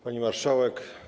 Pani Marszałek!